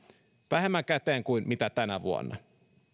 vähemmän käteen kuin mitä tänä vuonna